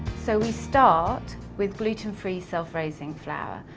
so we start with gluten-free, self-raising flour.